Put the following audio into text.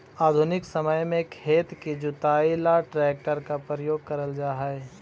आधुनिक समय में खेत की जुताई ला ट्रैक्टर का प्रयोग करल जाता है